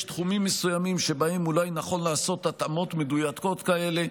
יש תחומים מסוימים שבהם אולי נכון לעשות התאמות מדויקות כאלה.